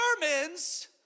determines